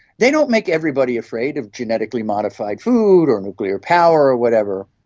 they don't make everybody afraid of genetically modified food or nuclear power or whatever,